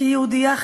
כיהודייה חילונית.